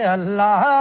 Allah